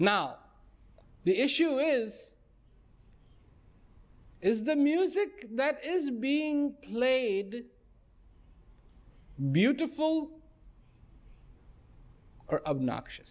now the issue is is the music that is being played beautiful or of noxious